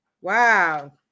Wow